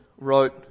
wrote